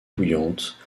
bouillante